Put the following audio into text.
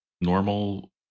normal